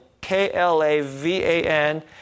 K-L-A-V-A-N